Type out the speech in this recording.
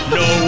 no